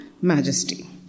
majesty